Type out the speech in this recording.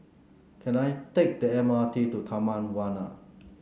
can I take the M R T to Taman Warna